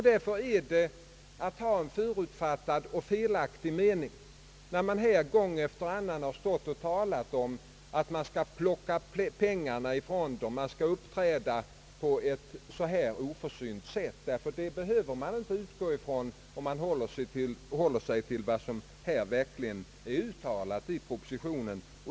Därför är det en förutfattad och felaktig mening när det här gång efter annan sägs att man skall plocka ifrån hushållningssällskapen deras pengar och över huvud taget uppträda oförsynt. Sådana felaktiga uttolkningar är inte möjliga om man håller sig till vad som verkligen har uttalats i propositionen.